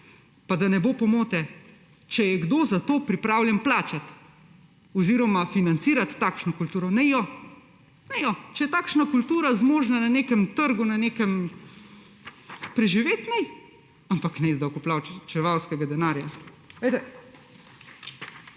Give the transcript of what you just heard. Pa da ne bo pomote, če je kdo za to pripravljen plačati oziroma financirati takšno kulturo, naj jo. Naj jo. Če je takšna kultura zmožna na nekem trgu preživeti, naj, ampak ne iz davkoplačevalskega denarja.